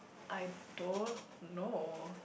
I don't know